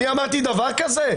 אני אמרתי דבר כזה?